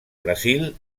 brasil